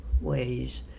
ways